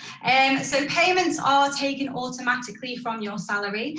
and so payments are taken automatically from your salary,